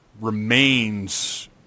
remains